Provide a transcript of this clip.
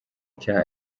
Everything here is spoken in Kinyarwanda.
nshya